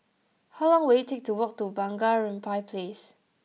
how long will it take to walk to Bunga Rampai Place